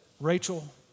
Rachel